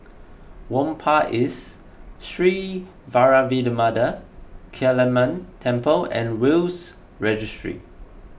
Whampoa East Sri Vairavimada Kaliamman Temple and Will's Registry